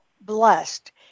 blessed